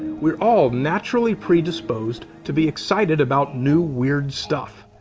we're all naturally predisposed to be excited about new weird stuff.